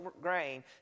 grain